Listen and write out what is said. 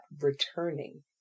returning